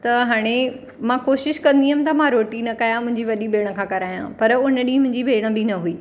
त हाणे मां कोशिशि कंदी हुअमि त मां रोटी न कया मुंहिंजी वॾी भेण खां कराया पर हुन ॾींहुं मुंहिंजी भेण बि न हुई